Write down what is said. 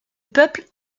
peuple